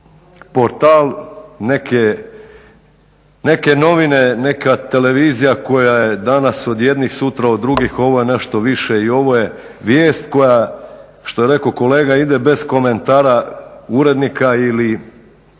portal, neke novine, neka televizija koja je danas od jednih, sutra od drugih, ovo je nešto više i ovo je vijest koja, što je rekao kolega, ide bez komentara urednika ili